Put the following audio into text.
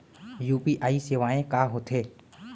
UPI सेवाएं का होथे